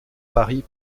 paris